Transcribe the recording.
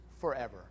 forever